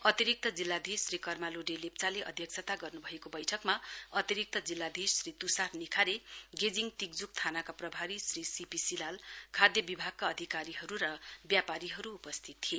अतिरिक्त जिल्लाधीश श्री कर्मा लोडे लेप्चाले अध्यक्षता गर्नुभएको बैठकमा अतिरिक्त जिल्लाधीश श्री तुसार निखारे गेजिङ तिक्जुक थानाका प्रभारी श्री सी पी सिल्लाल खाद्य विभागका अधिकारीहरू र व्यापारीहरू उपस्थित थिए